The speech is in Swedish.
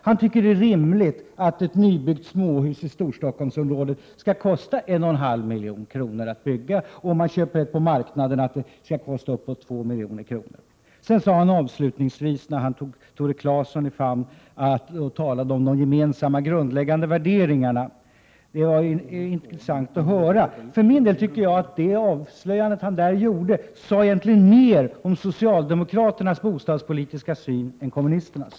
Han tycker att det är rimligt att ett nybyggt småhus i Storstockholmsområdet kostar 1,5 milj.kr. att bygga och att ett småhus på marknaden kostar uppåt 2 milj.kr. Avslutningsvis tog Oskar Lindkvist Tore Claeson i famn och talade om de gemensamma grundläggande värderingarna. Det var intressant att höra. Jag tycker att det avslöjande som han då gjorde egentligen sade mer om socialdemokraternas bostadspolitiska syn än om kommunisternas.